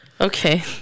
Okay